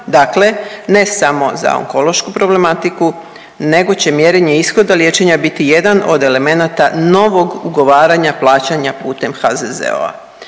dakle ne samo za onkološku problematiku nego će mjerenje ishoda liječenja biti jedan od elemenata novog ugovaranja plaćanja putem HZZO-a.